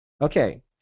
okay